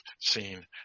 seen